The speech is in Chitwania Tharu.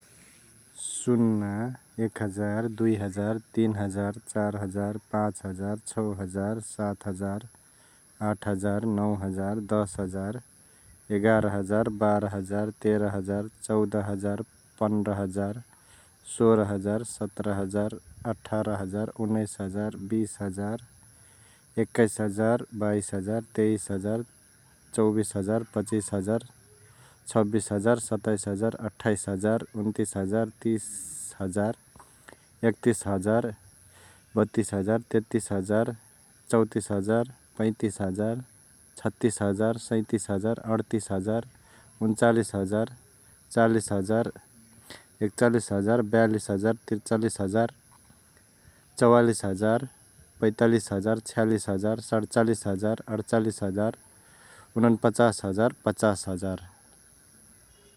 सुन्ना, एक हजार, दुइ हजार, तीन हजार, चार हजार, पाँच हजार, छौ हजार, सात हजार, आठ हजार, नौ हजार, दस हजार, एगार हजार, बार्ह हजार, तेर्ह हजार, चौद हजार, पन्द्र हजार, सोर्ह हजार, सत्र हजार, अठार हजार्, उनैस हजार, बिस हजार, एकाइस हजार, बाइस हजार, तेइस हजार, चौबिस हजार, पचिस हजार, छबिस हजार, सताइस हजार, अठाइस हजार, उन्तिस हजार, तिस हजार, एक्तिस हजार, बत्तिस हजार, तेतिस हजार, चौंतिस हजार, पैंतिस हजार, छतिस हजार, सैतिस हजार, आणतिस हजार, उन्चलिस हजार, चालिस हजार, एक्चालिस हजार, बयालिस हजार, तिर्चालिस हजार, चौवालिस हजार, पैंतलिस हजार, छयालिस हजार, सणचालिस हजार, अणचालिस हजार, उननपचास हजार, पचास हजार ।